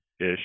ish